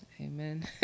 Amen